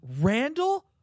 randall